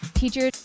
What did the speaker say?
teacher